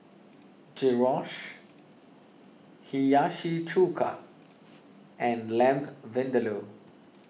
Gyros Hiyashi Chuka and Lamb Vindaloo